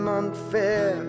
unfair